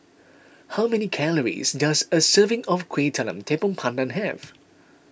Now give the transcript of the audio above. how many calories does a serving of Kuih Talam Tepong Pandan have